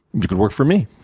you could work for me.